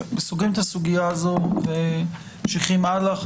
סוגרים את הסוגייה הזאת וממשיכים הלאה.